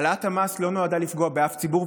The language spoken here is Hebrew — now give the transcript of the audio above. העלאת המס לא נועדה לפגוע באף ציבור,